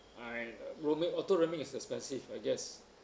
I uh roaming auto roaming is expensive I guess